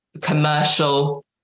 commercial